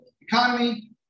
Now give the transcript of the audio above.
economy